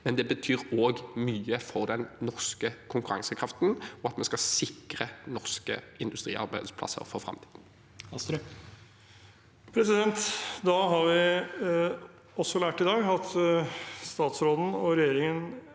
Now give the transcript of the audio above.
men det betyr også mye for den norske konkurransekraften og for at vi skal sikre norske industriarbeidsplasser for framtiden.